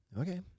Okay